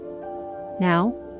Now